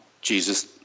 Jesus